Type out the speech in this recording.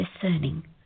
discerning